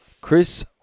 Chris